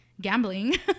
gambling